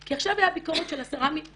כי עכשיו הייתה ביקורת של 10 מסגרות,